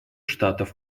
штатов